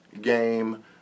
game